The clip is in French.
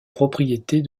propriétés